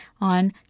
on